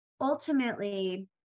ultimately